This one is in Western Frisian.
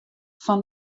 fan